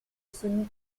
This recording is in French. sonny